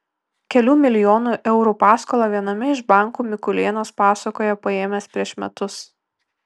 kelių milijonų eurų paskolą viename iš bankų mikulėnas pasakoja paėmęs prieš metus